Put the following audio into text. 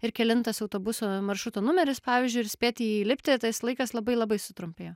ir kelintas autobuso maršruto numeris pavyzdžiui ir spėti į jį lipti tai laikas labai labai sutrumpėjo